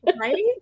Right